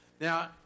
Now